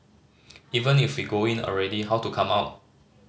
even if go in already how to come out